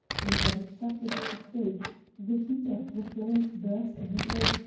and that it suffered at the stake the heat of the flames burst the egg,